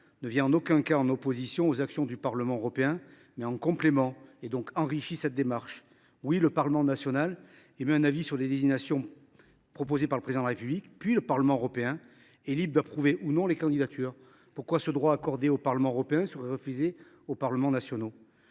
ne s’oppose en aucun cas aux actions du Parlement européen, elle est un complément ; elle enrichit donc la démarche de ce dernier. Oui, le Parlement national émet un avis sur les désignations proposées par le Président de la République, puis le Parlement européen est libre d’approuver ou non les candidatures ! Pourquoi ce droit accordé au Parlement européen serait il refusé aux parlements nationaux ?